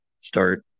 start